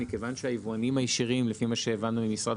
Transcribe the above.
כיוון שהיבואנים הישירים לפי מה שהבנו ממשרד